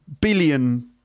billion